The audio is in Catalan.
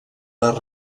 les